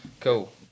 Cool